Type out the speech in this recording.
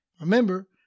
Remember